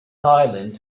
silent